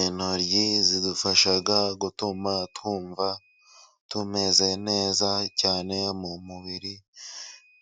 Intoryi zidufasha gutuma twumva tumeze neza cyane mu mubiri,